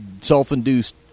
self-induced